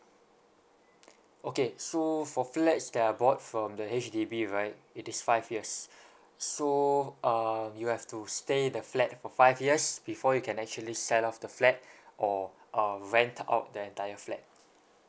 okay so for flats that are bought from the H_D_B right it is five years so um you have to stay in the flat for five years before you can actually sell off the flat or uh rent out the entire flat